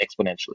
exponentially